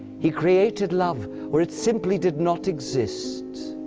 he created love where it simply did not exist.